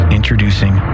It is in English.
introducing